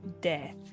death